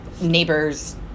neighbors